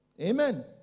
Amen